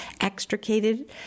extricated